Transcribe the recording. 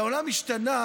והעולם השתנה